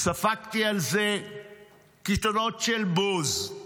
ספגתי על זה קיתונות של בוז,